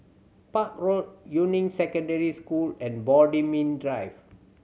Park Road Yuying Secondary School and Bodmin Drive